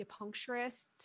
acupuncturists